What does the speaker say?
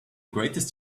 greatest